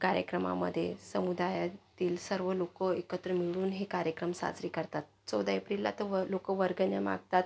कार्यक्रमामध्ये समुदायातील सर्व लोक एकत्र मिळून हे कार्यक्रम साजरे करतात चौदा एप्रिलला तर व लोक वर्गण्या मागतात